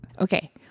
Okay